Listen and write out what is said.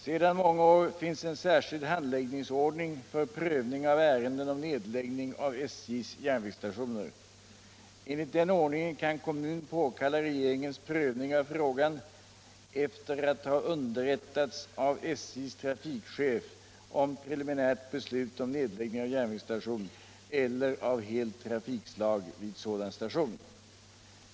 Sedan många år finns en särskild handläggningsordning för prövning av ärenden om nedläggning av SJ:s järnvägsstationer. Enligt den ordningen kan kommun påkalla regeringens prövning av frågan efter att ha underrättats av SJ:s trafikchef om preliminärt beslut om nedläggning av järnvägsstation eller av helt trafikslag vid sådan station.